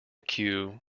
queue